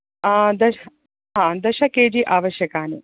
आम् आम् दश दश केजि आवश्यकानि